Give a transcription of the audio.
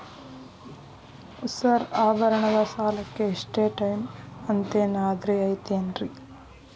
Sir ಆಭರಣದ ಸಾಲಕ್ಕೆ ಇಷ್ಟೇ ಟೈಮ್ ಅಂತೆನಾದ್ರಿ ಐತೇನ್ರೇ?